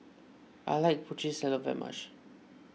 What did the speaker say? I like Putri Salad very much